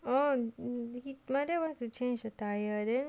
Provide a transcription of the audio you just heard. no my dad wants to change a tyre then